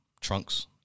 trunks